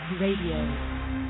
Radio